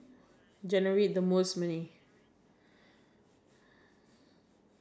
if happiness were the currency of the world what job would generate the most money